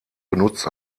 benutzt